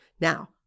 Now